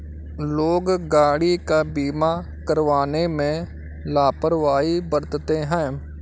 लोग गाड़ी का बीमा करवाने में लापरवाही बरतते हैं